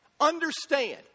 Understand